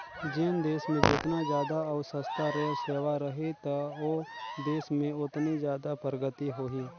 जेन देस मे जेतना जादा अउ सस्ता रेल सेवा रही त ओ देस में ओतनी जादा परगति होही